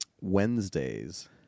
Wednesdays